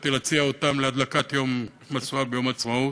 חשבתי להציע אותם להדלקת משואה ביום העצמאות,